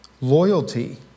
Loyalty